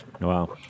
Wow